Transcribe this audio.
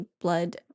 blood